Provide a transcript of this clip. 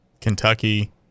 Kentucky